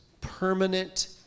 permanent